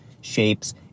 shapes